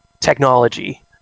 technology